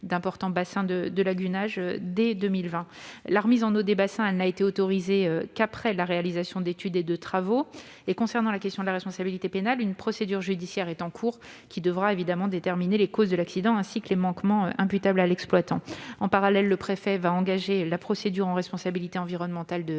d'importants bassins de lagunage dès 2020. La remise en eau des bassins, elle, n'a été autorisée qu'après la réalisation d'études et de travaux. Concernant la question de la responsabilité pénale, une procédure judiciaire est en cours, qui devra déterminer les causes de l'accident, ainsi que les manquements imputables à l'exploitant. En parallèle, le préfet va engager la procédure en responsabilité environnementale de